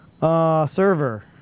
Server